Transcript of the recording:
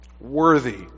Worthy